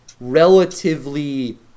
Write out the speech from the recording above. relatively